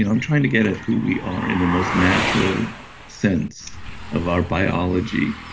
and i'm trying to get a who we are in the most natural sense of our biology.